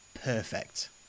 perfect